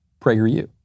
PragerU